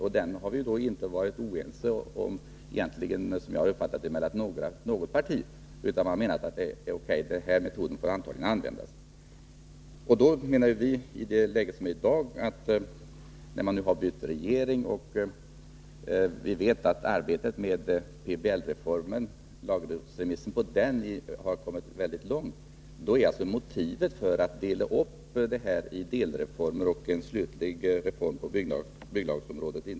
Som jag har uppfattat det har samtliga partier varit överens om den metoden. Då menar vi att när vi nu har bytt regering och när vi vet att arbetet med lagrådsremissen på PBL-reformen har kommit väldigt långt, är det inte praktiskt att dela upp detta i delreformer och en slutlig reform på bygglagsområdet.